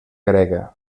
grega